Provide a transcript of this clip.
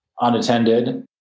unattended